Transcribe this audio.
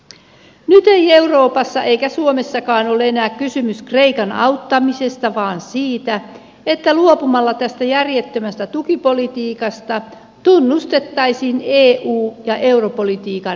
nyt ei euroopassa eikä suomessakaan ole enää kysymys kreikan auttamisesta vaan siitä että luopumalla tästä järjettömästä tukipolitiikasta tunnustettaisiin eu ja europolitiikan epäonnistuminen